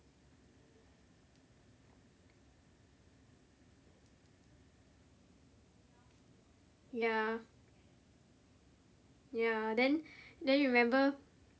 ya ya then then you remember